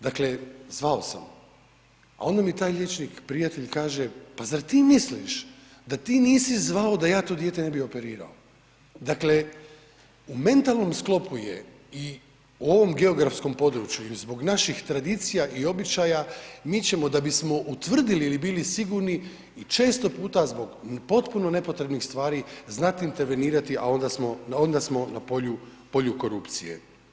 Dakle, zvao sam, a onda mi taj liječnik prijatelj kaže, pa zar ti misliš da ti nisi zvao da ja to dijete ne bi operirao, dakle, u mentalnom sklopu je i ovom geografskom području ili zbog naših tradicija i običaja, mi ćemo, da bismo utvrdili ili bili sigurni i često puta zbog potpuno nepotrebnih stvari znati intervenirati, a onda smo na polju korupcije.